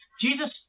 Jesus